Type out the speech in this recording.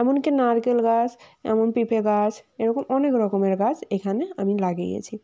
এমনকি নারকেল গাছ এমন পেঁপে গাছ এরকম অনেক রকমের গাছ এখানে আমি লাগিয়েছি